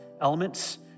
elements